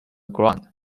ground